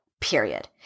period